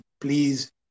Please